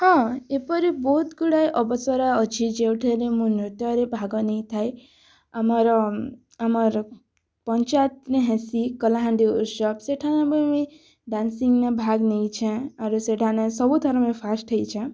ହଁ ଏପରି ବହୁତ ଗୁଡ଼ିଏ ଅବସର ଅଛି ଯେଉଁଠାରେ ମୁଁ ନୃତ୍ୟରେ ଭାଗ ନେଇ ଥାଏ ଆମର ଆମର ପଞ୍ଚାୟତ ନେ ହେସି କଳାହାଣ୍ଡି ଡ୍ୟାନ୍ସିଂ ମେ ଭାଗ ନେଇଛେ ଆରୁ ସେଠାନେ ସବୁଥରମେ ଫାଷ୍ଟ ହେଇଛେ